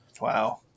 wow